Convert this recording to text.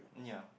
ya